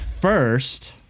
first